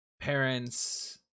parents